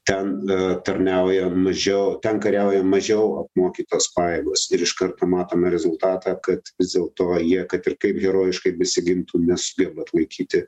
ten e tarnauja mažiau ten kariauja mažiau apmokytos pajėgos ir iš karto matome rezultatą kad vis dėlto jie kad ir kaip herojiškai besigintų nesugeba atlaikyti